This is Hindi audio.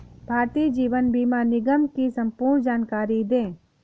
भारतीय जीवन बीमा निगम की संपूर्ण जानकारी दें?